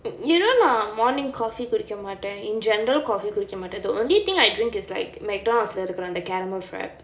you know நா:naa morning coffee குடிக்கமாட்ட:kudikkamaatta in general coffee குடிக்கமாட்ட:kudikkamatta the only thing I drink is like McDonald's leh இருக்குற அந்த:irukkura antha caramel frappe